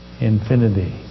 Infinity